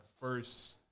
first